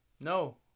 No